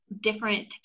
different